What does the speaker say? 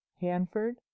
Hanford